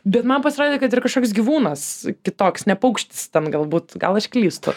bet man pasirodė kad ir kažkoks gyvūnas kitoks ne paukštis ten galbūt gal aš klystu